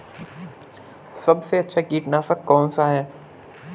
सबसे अच्छा कीटनाशक कौनसा है?